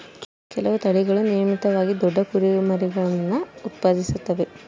ಕೆಲವು ತಳಿಗಳು ನಿಯಮಿತವಾಗಿ ದೊಡ್ಡ ಕುರಿಮರಿಗುಳ್ನ ಉತ್ಪಾದಿಸುತ್ತವೆ